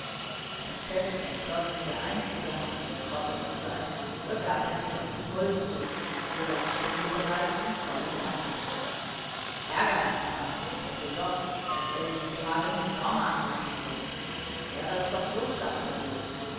und fest entschlossen der einzige hahn im korbe zu sein begab er sich auf den holzhof wo das spiel bereits im vollen gange war ärgerlich war es im grunde doch daß er sich gerade mit norman messen sollte wäre es noch gustav gewesen